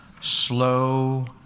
Slow